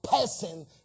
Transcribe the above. person